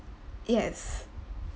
yes